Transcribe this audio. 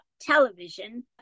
television